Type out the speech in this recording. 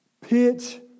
Pitch